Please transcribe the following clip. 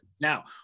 Now